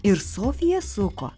ir sofija suko